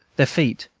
their feet,